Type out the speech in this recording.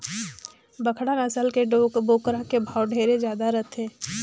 बड़खा नसल के बोकरा के भाव ढेरे जादा रथे